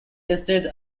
estate